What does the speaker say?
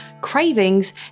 cravings